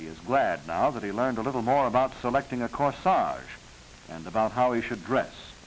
he is glad now that he learned a little more about selecting a core sarge and about how he should dress